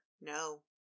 no